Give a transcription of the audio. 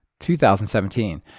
2017